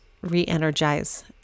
re-energize